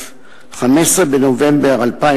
15 בנובמבר 2010,